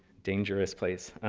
dangerous place.